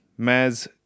Maz